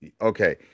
okay